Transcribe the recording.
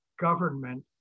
government